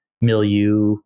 milieu